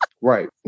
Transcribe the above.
Right